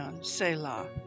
selah